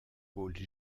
pôle